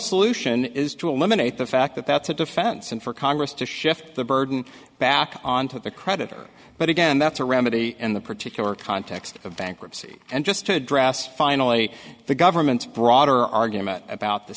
solution is to eliminate the fact that that's a defense and for congress to shift the burden back on to the creditor but again that's a remedy in the particular context of bankruptcy and just to address finally the government broader argument about the